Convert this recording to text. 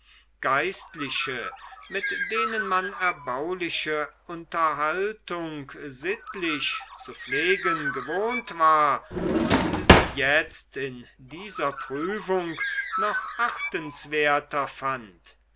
geistliche mit denen man erbauliche unterhaltung sittlich zu pflegen gewohnt war und sie jetzt in dieser prüfung noch achtenswerter fand